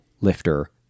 lifter